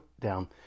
down